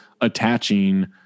attaching